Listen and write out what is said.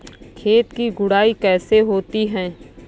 खेत की गुड़ाई कैसे होती हैं?